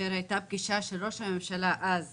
כאשר הייתה פגישה של ראש הממשלה דאז